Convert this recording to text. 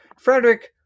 Frederick